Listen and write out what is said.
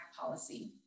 policy